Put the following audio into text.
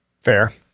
Fair